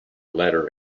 letter